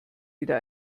wieder